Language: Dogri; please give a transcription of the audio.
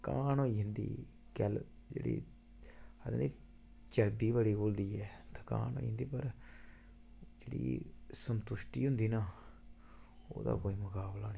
थकान होई जंदी मतलब म्हाराज चर्बी बड़ी घुलदी ऐ ते थकान होई जंदी पर फिर संतुश्टि होई जंदी ऐ पर थोह्ड़ा बहुत